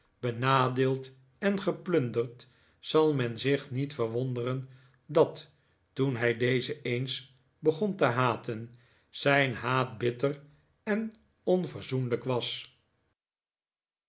benadeeld en geplunderd zal men zich niet verwonderen dat toen hij dezen eens begon te haten zijn haat bitter en onverzoenlijk was